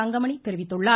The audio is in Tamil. தங்கமணி தெரிவித்துள்ளார்